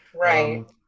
right